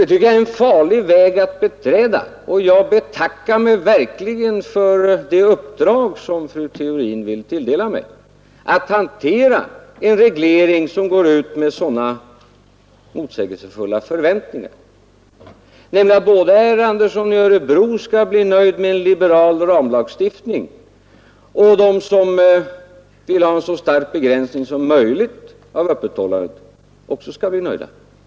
Det tycker jag är en farlig väg att beträda, och jag betackar mig verkligen för det uppdrag som fru Theorin vill tilldela mig och som innebär att jag skall hantera en reglering som införs med så motsägelsefulla förväntningar. Dels skall herr Andersson i Örebro bli tillfredsställd genom en liberal ramlagstiftning, dels skall även de som vill ha en så stark begränsning som möjligt i öppethållandet bli nöjda.